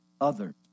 others